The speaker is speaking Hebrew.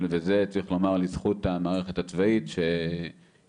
זה צריך לומר לזכות המערכת הצבאית שיודעת